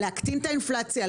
להקטין את האינפלציה,